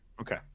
Okay